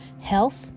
health